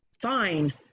Fine